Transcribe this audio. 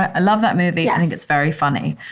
i love that movie. i think it's very funny.